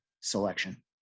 selection